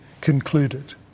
concluded